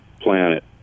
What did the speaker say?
planet